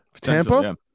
Tampa